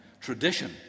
Tradition